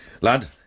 Lad